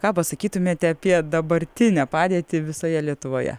ką pasakytumėte apie dabartinę padėtį visoje lietuvoje